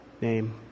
name